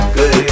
Good